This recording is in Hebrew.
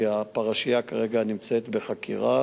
כי הפרשייה כרגע נמצאת בחקירה